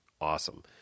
Awesome